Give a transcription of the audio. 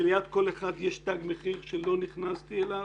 שליד כל אחת יש תג מחיר שלא נכנסתי אליו,